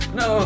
no